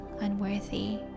unworthy